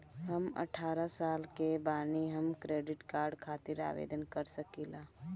हम अठारह साल के बानी हम क्रेडिट कार्ड खातिर आवेदन कर सकीला?